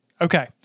Okay